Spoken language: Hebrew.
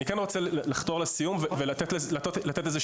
אני כן רוצה לחתור לסיום ולתת איזשהו